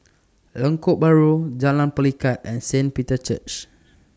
Lengkok Bahru Jalan Pelikat and Saint Peter's Church